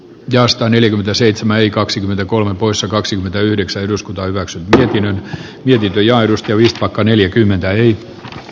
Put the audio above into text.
nasta neljäkymmentäseitsemän kaksikymmentäkolme poissa kaksikymmentäyhdeksän eduskunta hyväksyi tällekin on vilpitön ja aidosti vistbacka neljäkymmentä n